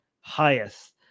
highest